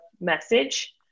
message